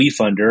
WeFunder